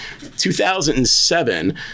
2007